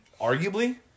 arguably